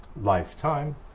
lifetime